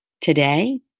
today